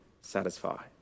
satisfy